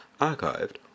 archived